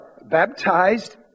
baptized